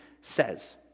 says